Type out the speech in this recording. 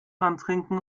antrinken